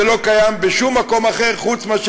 זה לא קיים בשום מקום אחר מלבד,